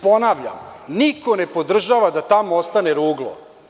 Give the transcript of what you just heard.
Ponavljam, niko ne podržava da tamo ostane ruglo.